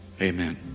amen